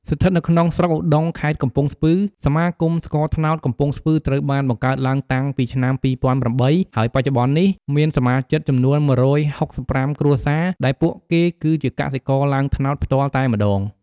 ស្ថិតនៅក្នុងស្រុកឧត្តុង ខេត្តកំពង់ស្ពឺ សមាគមស្ករត្នោតកំពង់ស្ពឺត្រូវបានបង្កើតឡើងតាំងពីឆ្នាំ២០០៨ ហើយបច្ចុប្បន្ននេះមាន សមាជិកចំនួន ១៦៥ គ្រួសារ ដែលពួកគេគឺជាកសិករឡើងត្នោតផ្ទាល់តែម្ដង។